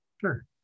Sure